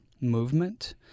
movement